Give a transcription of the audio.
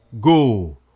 Go